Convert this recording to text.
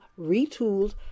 retooled